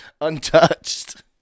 untouched